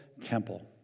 temple